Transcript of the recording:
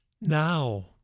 now